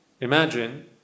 Imagine